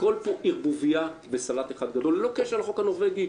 הכול פה ערבוביה וסלט אחד גדול ללא קשר לחוק הנורווגי,